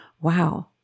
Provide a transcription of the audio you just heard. wow